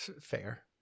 Fair